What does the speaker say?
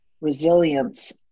resilience